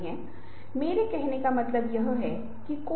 तो ऐसा क्यों है कि हम इस तरह का अनुभव करते हैं